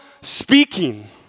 speaking